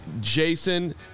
Jason